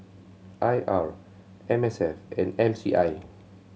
I R M S F and M C I